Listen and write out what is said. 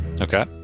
okay